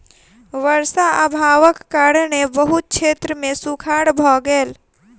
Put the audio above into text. वर्षा अभावक कारणेँ बहुत क्षेत्र मे सूखाड़ भ गेल